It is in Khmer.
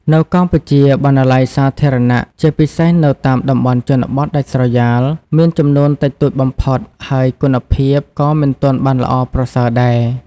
នៅកម្ពុជា បណ្ណាល័យសាធារណៈ ជាពិសេសនៅតាមតំបន់ជនបទដាច់ស្រយាល មានចំនួនតិចតួចបំផុត ហើយគុណភាពក៏មិនទាន់បានល្អប្រសើរដែរ។